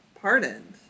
pardoned